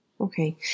Okay